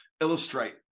illustrate